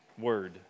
word